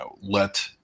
let